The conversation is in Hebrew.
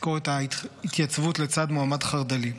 יזכור את ההתייצבות לצד מועמד חרד"לי.